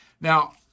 Now